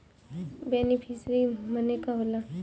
Beneficiary मने का होला?